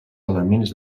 elements